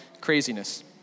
craziness